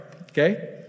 okay